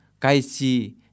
Kaisi